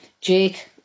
Jake